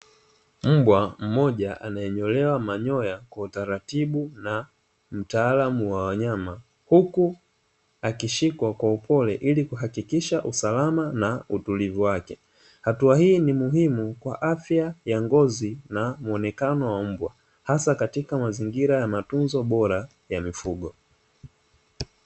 Mbwa mmoja anayenyolewa manyoya kwa utaratibu na mtaalamu wa wanyama huku akishikwa kwa upole ili kuhakikisha usalama na utulivu wake. Hatua hii ni muhimu kwa afya ya ngozi na muonekano wa mbwa hasa katika mazingira ya matunzo bora ya mifugo.